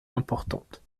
importantes